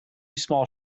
small